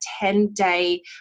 10-day